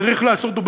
צריך לעשות אותו,